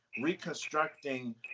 reconstructing